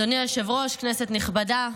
אדוני היושב-ראש, כנסת נכבדה,